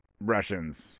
Russians